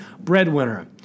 breadwinner